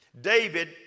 David